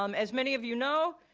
um as many of you know,